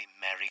Merry